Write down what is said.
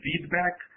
feedback